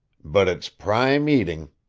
but it's prime eating.